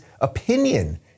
opinion